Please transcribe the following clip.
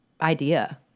idea